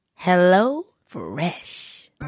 HelloFresh